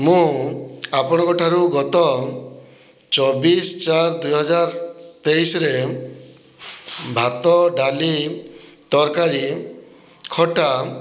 ମୁଁ ଆପଣଙ୍କଠାରୁ ଗତ ଚବିଶ ଚାର ଦୁଇହଜାର ତେଇଶିରେ ଭାତ ଡାଲି ତରକାରୀ ଖଟା